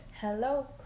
Hello